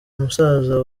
musaza